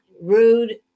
rude